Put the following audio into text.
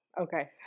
Okay